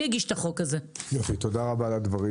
תודה רבה על הדברים,